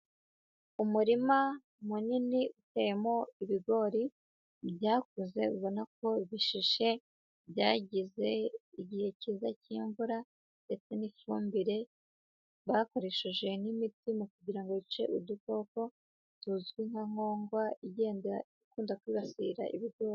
Umurima munini uteyemo ibigori byakuze ubona ko bishishe byagize igihe cyiza cy'imvura , ndetse n'ifumbire bakoresheje n'imiti mu kugira ngo bice udukoko tuzwi nka kongwa igenda ikunda kwibasira ibigori.